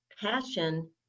Passion